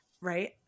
right